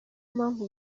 mpamvu